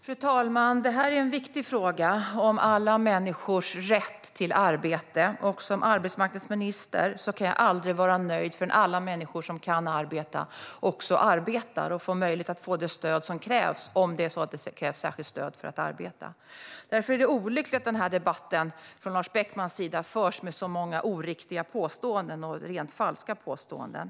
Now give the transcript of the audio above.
Fru talman! Det här är en viktig fråga, om alla människors rätt till arbete. Som arbetsmarknadsminister kan jag aldrig vara nöjd förrän alla människor som kan arbeta också gör det. De ska ha möjlighet att få det stöd som krävs om det är på det sättet att särskilt stöd krävs för att man ska kunna arbeta. Det är olyckligt att Lars Beckman för den här debatten med så många oriktiga och rent falska påståenden.